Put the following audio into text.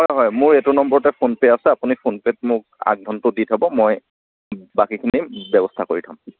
হয় হয় মোৰ এইটো নম্বৰতে ফোন পে' আছে আপুনি ফোন পে'ত মোক আগধনটো দি থব মই বাকীখিনি ব্যৱস্থা কৰি থম